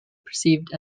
perceived